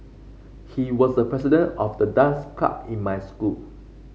he was the president of the dance club in my school